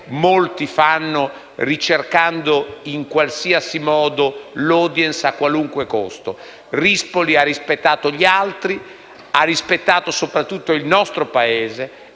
molti fanno ricercando l'*audience* a qualunque costo. Rispoli ha rispettato gli altri; ha rispettato soprattutto il nostro Paese.